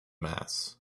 mass